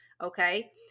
Okay